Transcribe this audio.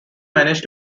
manage